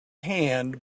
hand